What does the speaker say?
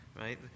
right